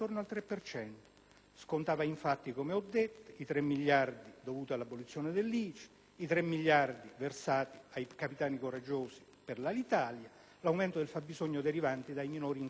Scontava, infatti, come ho detto: i 3 miliardi dovuti all'abolizione dell'ICI; i 3 miliardi versati ai "capitani coraggiosi" per l'Alitalia; l'aumento del fabbisogno derivante dai minori incassi tributari.